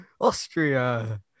Austria